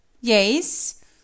Yes